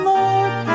Lord